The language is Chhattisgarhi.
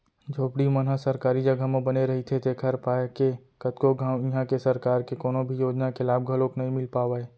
झोपड़ी मन ह सरकारी जघा म बने रहिथे तेखर पाय के कतको घांव इहां के सरकार के कोनो भी योजना के लाभ घलोक नइ मिल पावय